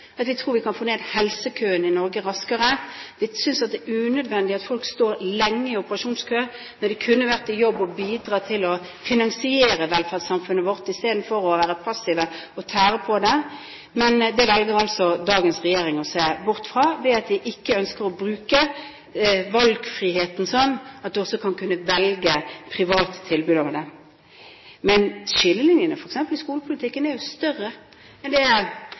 at vi tror vi kan få ned helsekøene i Norge raskere. Vi synes det er unødvendig at folk står lenge i operasjonskø når de kunne vært i jobb og bidratt til å finansiere velferdssamfunnet vårt i stedet for å være passive og tære på det. Men det velger altså dagens regjering å se bort fra, ved at de ikke ønsker å bruke valgfriheten sånn at en også kan velge private tilbud. Men skillelinjene i f.eks. skolepolitikken er større enn det